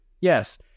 Yes